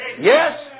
Yes